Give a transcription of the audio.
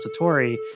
Satori